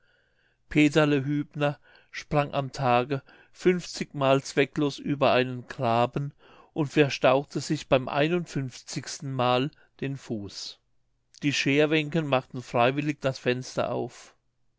peterle hübner sprang am tage fünfzigmal zwecklos über einen graben und verstauchte sich beim einundfünfzigsten male den fuß die scherwenken machte freiwillig das fenster auf